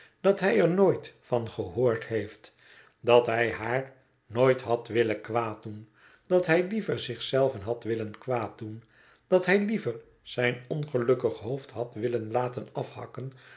dat hij er nooit van gehoord heeft dat hij haar nooit had willen kwaaddoen dat hij liever zich zelven had willen kwaaddoen dat hij liever zijn ongelukkig hoofd had willen laten afhakken